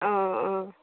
অঁ অঁ